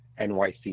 NYC